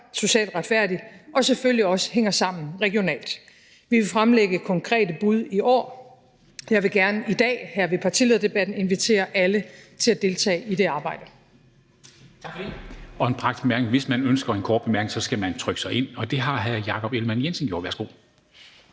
socialt retfærdig og selvfølgelig også hænger sammen regionalt. Vi vil fremlægge konkrete bud i år. Jeg vil gerne i dag her i partilederdebatten invitere alle til at deltage i det arbejde.